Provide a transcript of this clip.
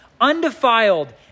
undefiled